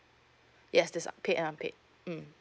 yes this is uh paid and unpaid um